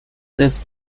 this